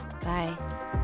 bye